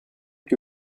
que